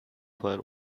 clan